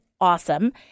awesome